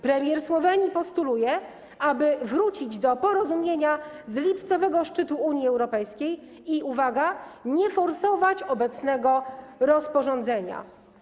Premier Słowenii postuluje, aby wrócić do porozumienia z lipcowego szczytu Unii Europejskiej i, uwaga, nie forsować obecnego rozporządzenia.